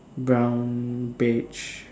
brown beige